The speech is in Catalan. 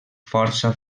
força